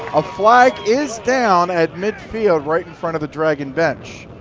a flag is down at mid field, right in front of the dragon bench.